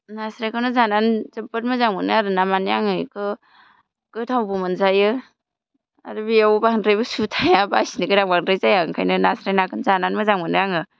नास्राइखौनो जानानै जोब्बोद मोजां मोनो आरोना माने आङो बेखौ गोथावबो मोनजायो आरो बेयाव बांद्रायबो सु थाया बासिनो गोनां बांद्राय जाया ओंखायनो नास्राय नाखौनो जानानै मोजां मोनो आङो